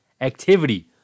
activity